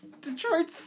Detroit